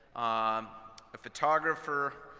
um a photographer,